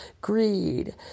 Greed